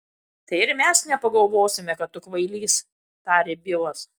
tai ir mes nepagalvosime kad tu kvailys tarė bilas